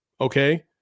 okay